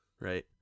Right